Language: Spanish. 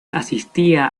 asistía